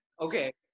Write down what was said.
Okay